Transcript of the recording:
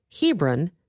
Hebron